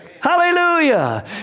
Hallelujah